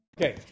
Okay